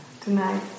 tonight